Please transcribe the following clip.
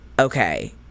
Okay